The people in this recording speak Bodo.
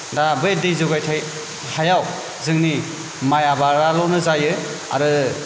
दा बै दै जगायथायाव जोंनि माइ आबादाल'नो जायो आरो